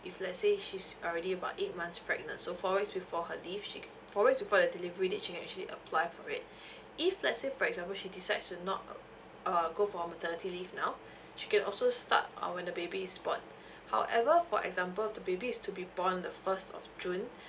if let's say she's already about eight months pregnant so four weeks before her leave she ca~ four weeks before the delivery date she can actually apply for it if let's say for example she decides to not uh uh go for maternity leave now she can also start uh when the baby is born however for example if the baby is to be born on the first of june